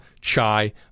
chai